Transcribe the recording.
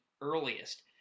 earliest